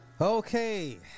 okay